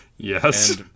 Yes